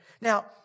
Now